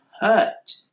hurt